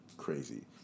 crazy